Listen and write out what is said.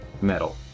Metal